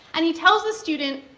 and he tells the student,